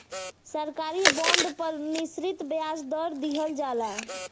सरकारी बॉन्ड पर निश्चित ब्याज दर दीहल जाला